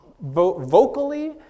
vocally